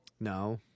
no